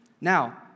Now